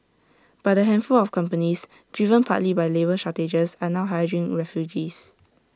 but A handful of companies driven partly by labour shortages are now hiring refugees